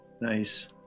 Nice